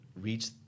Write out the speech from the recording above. reach